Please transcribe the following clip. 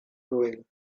going